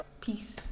peace